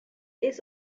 its